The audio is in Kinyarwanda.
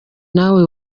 nawe